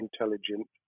intelligent